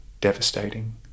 devastating